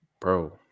Bro